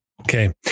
Okay